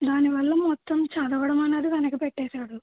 దానివల్ల మొత్తం చదవడమనేది వెనక పెట్టేసాడు